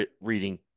reading